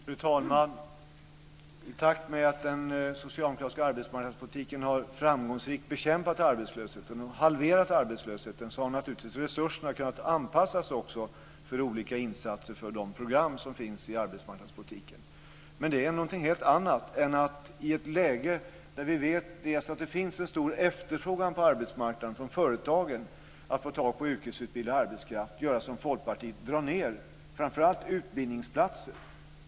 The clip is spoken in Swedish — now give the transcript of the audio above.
Fru talman! I takt med att den socialdemokratiska arbetsmarknadspolitiken framgångsrikt bekämpat arbetslösheten, halverat den, har resurserna naturligtvis kunnat anpassas efter olika insatser för de program som finns i arbetsmarknadspolitiken. Men det är något helt annat än att, som Folkpartiet gör, i ett läge där vi vet att det finns en stor efterfrågan på arbetsmarknaden från företagen när det gäller att få tag i yrkesutbildad arbetskraft dra ned framför allt på utbildningsplatserna.